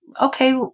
okay